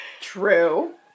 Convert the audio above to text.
True